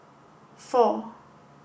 four